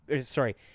sorry